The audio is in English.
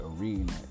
arena